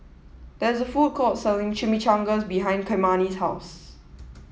there is a food court selling Chimichangas behind Kymani's house